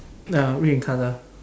ah red in colour